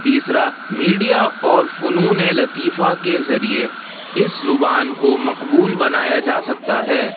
تیسرا میڈیا اور فنون لطیفہ کے ذریعے اس زبان کو مقبول بنایا جا سکتا ہے